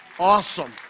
Awesome